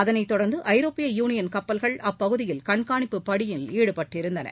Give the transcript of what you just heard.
அதைத்தொடர்ந்து ஐரோப்பிய யூனியன் கப்பல்கள் அப்பகுதியில் கண்காணிப்பு பணியில் ஈடுபட்டிருந்தன